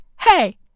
hey